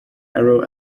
arrow